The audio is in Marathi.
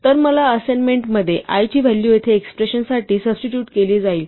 तर या असाइनमेन्ट मध्ये i ची व्हॅल्यू येथे एक्स्प्रेशन साठी सब्स्टीट्युट केली जाईल